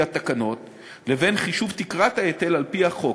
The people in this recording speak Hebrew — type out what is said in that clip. התקנות לבין חישוב תקרת ההיטל על-פי החוק,